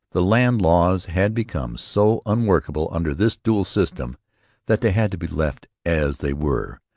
the land laws had become so unworkable under this dual system that they had to be left as they were.